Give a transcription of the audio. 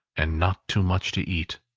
and not too much to eat.